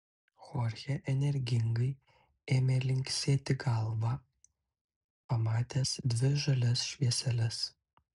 chorchė energingai ėmė linksėti galva pamatęs dvi žalias švieseles